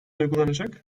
uygulanacak